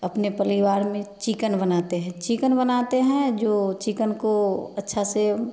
अपने परिवार में चिकन बनाते है चिकन बनाते हैं जो चिकन को अच्छा से